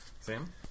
Sam